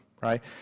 right